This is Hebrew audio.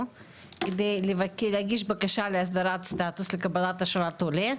כדי להגיש בקשה להסדרת סטטוס לקבלת אשרת עולה,